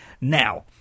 Now